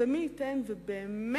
מי ייתן ובאמת